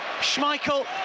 Schmeichel